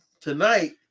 tonight